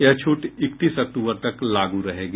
यह छूट इकतीस अक्टूबर तक लागू रहेगी